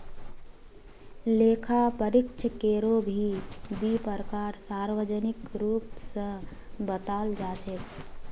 लेखा परीक्षकेरो भी दी प्रकार सार्वजनिक रूप स बताल जा छेक